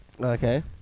Okay